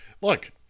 look